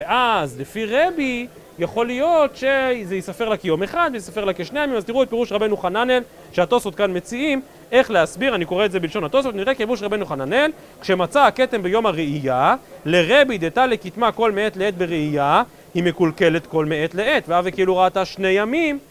ואז, לפי רבי, יכול להיות שזה ייספר לה כיום אחד, וייספר לה כשני ימים, אז תראו בפירוש רבנו חננאל שהתוספות כאן מציעים, איך להסביר, אני קורא את זה בלשון התוספות, נראה כפירוש רבנו חננאל, כשמצא הכתם ביום הראיה, לרבי דתא לכתמה כל מעת לעת בראייה, היא מקולקלת כל מעת לעת, והווי כאילו ראתה שני ימים,